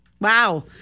Wow